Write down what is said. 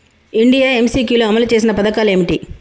India MCQ లో అమలు చేసిన పథకాలు ఏమిటి?